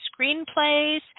screenplays